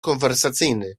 konwersacyjny